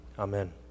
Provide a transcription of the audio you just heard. Amen